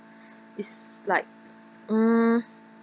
is like mm